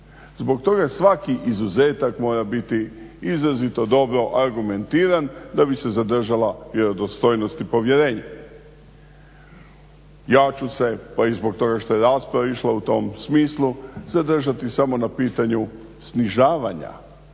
Zbog toga svaki izuzetak mora biti izrazito dobro argumentiran da bi se zadržala vjerodostojnost i povjerenje. Ja ću se, pa i zbog toga što je rasprava išla u tom smislu zadržati samo na pitanju snižavanja